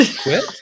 Quit